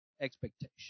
expectation